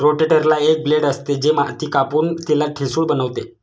रोटेटरला एक ब्लेड असते, जे माती कापून तिला ठिसूळ बनवते